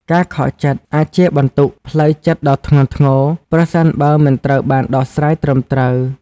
ការខកចិត្តអាចជាបន្ទុកផ្លូវចិត្តដ៏ធ្ងន់ធ្ងរ ប្រសិនបើមិនត្រូវបានដោះស្រាយត្រឹមត្រូវ។